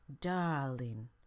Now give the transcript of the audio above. Darling